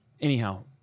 Anyhow